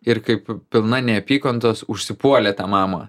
ir kaip pilna neapykantos užsipuolė tą mamą